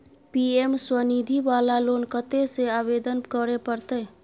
PM Svanidhi वाला loan कत्ते से आवेदन करे परतै?